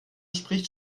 spricht